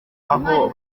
aho